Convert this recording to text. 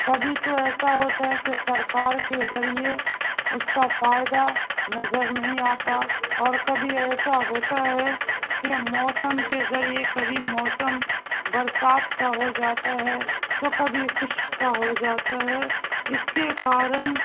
کبھی تو ایسا ہوتا ہے کہ سرکار کے ذریعے اس کا فائدہ نظر نہیں آتا اور کبھی ایسا ہوتا ہے کہ موسم کے ذریعے کبھی موسم برسات کا ہو جاتا ہے تو کبھی خشک کا ہو جاتا ہے اس کے کارن